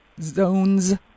Zones